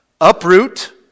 Uproot